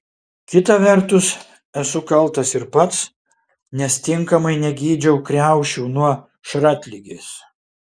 kita vertus esu kaltas ir pats nes tinkamai negydžiau kriaušių nuo šratligės